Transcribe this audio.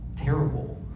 terrible